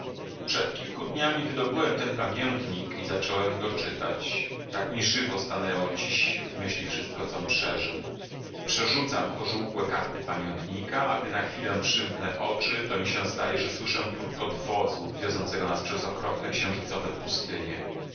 przed kilku dniami wydobyłem ten pamiętnik i zacząłem go czytać tak mi żywo stanęło dziś w myśli wszystko com przeżył przerzucam pożółkłe karty a gdy na chwilę przymknę oczy to mi się zdaje że słyszę turkot wozu wiozącego nas przez okropne księżycowe pustynie